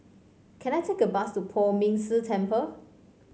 can I take a bus to Poh Ming Tse Temple